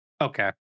Okay